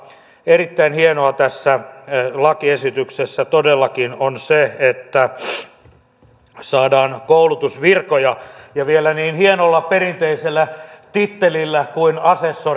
erittäin hienoa tässä lakiesityksessä todellakin on se että saadaan koulutusvirkoja ja vielä niin hienolla perinteisellä tittelillä kuin asessori